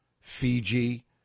Fiji